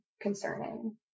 concerning